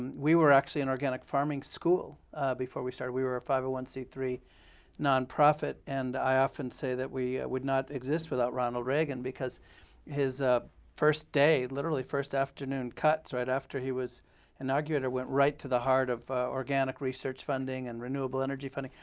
and we were actually an organic farming school before we started. we were five c three nonprofit and i often say that we would not exist without ronald reagan because his ah first day literally first afternoon cuts right after he was inaugurated went right to the heart of organic research funding, and renewable energy funding,